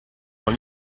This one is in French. dans